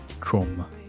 Trauma